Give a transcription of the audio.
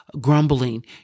grumbling